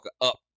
up